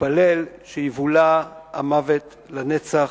נתפלל שיבולע המוות לנצח,